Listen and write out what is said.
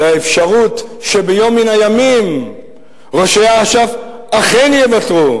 לאפשרות שביום מן הימים ראשי אש"ף אכן יוותרו.